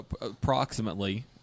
approximately